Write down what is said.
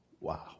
Wow